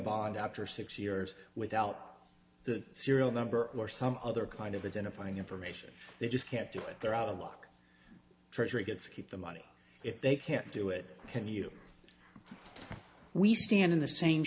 bond after six years without the serial number or some other kind of identifying information they just can't do it they're out of luck treasury gets keep the money if they can't do it can you we stand in the same